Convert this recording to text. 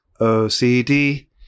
OCD